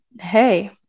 Hey